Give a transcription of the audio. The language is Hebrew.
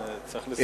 אתה צריך לסיים.